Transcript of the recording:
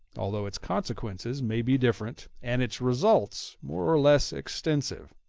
although its consequences may be different, and its results more or less extensive.